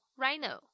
rhino